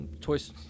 toys